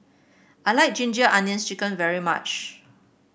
I like Ginger Onions chicken very much